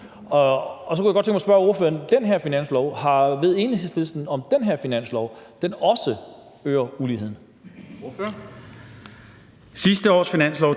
Så kunne jeg godt tænke mig at spørge ordføreren: Ved Enhedslisten, om den her finanslov også øger uligheden?